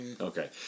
Okay